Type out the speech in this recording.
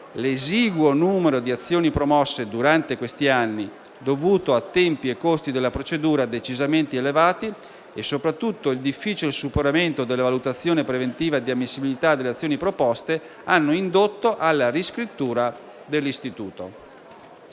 L'esiguo numero di azioni promosse durante questi anni, dovuto a tempi e costi della procedura decisamente elevati e soprattutto il difficile superamento della valutazione preventiva di ammissibilità delle azioni proposte hanno indotto alla riscrittura dell'istituto.